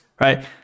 right